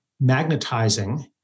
magnetizing